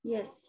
Yes